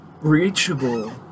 reachable